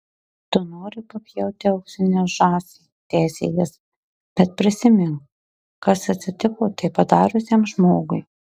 tu nori papjauti auksinę žąsį tęsė jis bet prisimink kas atsitiko tai padariusiam žmogui